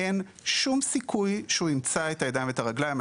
אין שום סיכוי שהוא ימצא את הידיים ואת הרגליים.